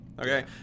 Okay